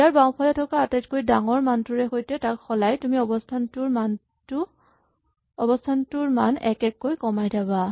ইয়াৰ বাওঁফালে থকা তাতকৈ ডাঙৰ মানটোৰ সৈতে তাক সলাই তুমি অৱস্হানটোৰ মান এক এক কৈ কমাই যাবা